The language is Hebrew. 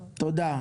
תודה.